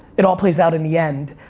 it all plays out in the end.